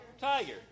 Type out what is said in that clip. Tiger